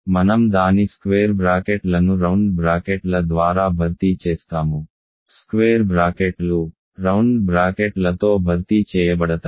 మనం దాని స్క్వేర్ బ్రాకెట్లను రౌండ్ బ్రాకెట్ల ద్వారా భర్తీ చేస్తాము స్క్వేర్ బ్రాకెట్లు రౌండ్ బ్రాకెట్లతో భర్తీ చేయబడతాయి